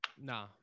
Nah